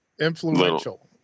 influential